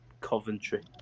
Coventry